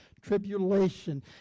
tribulation